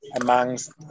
amongst